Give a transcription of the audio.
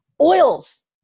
Oils